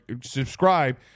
subscribe